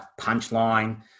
punchline